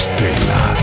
Stella